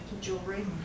jewelry